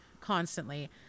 constantly